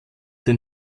den